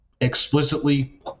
explicitly